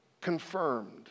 confirmed